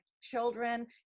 children